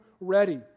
ready